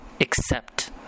accept